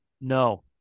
No